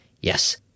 Yes